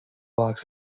box